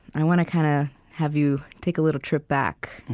i want to kind of have you take a little trip back.